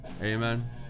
amen